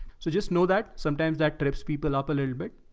so just know that sometimes that trips people up a little bit.